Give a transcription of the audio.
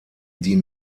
die